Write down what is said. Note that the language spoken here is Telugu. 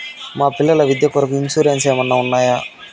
మా పిల్లల విద్య కొరకు ఇన్సూరెన్సు ఏమన్నా ఉన్నాయా?